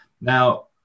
now